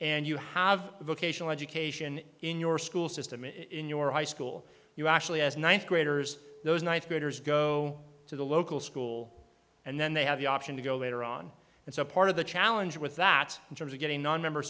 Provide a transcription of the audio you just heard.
and you have a vocational education in your school system in your high school you actually as ninth graders those ninth graders go to the local school and then they have the option to go later on and so part of the challenge with that in terms of getting nonmember